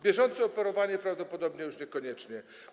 Bieżące operowanie prawdopodobnie już niekoniecznie.